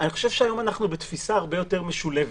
אנחנו בתפיסה הרבה יותר משולבת.